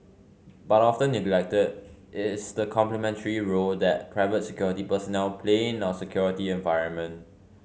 but often neglected is the complementary role that private security personnel play in our security environment